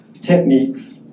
techniques